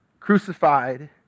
Crucified